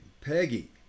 Peggy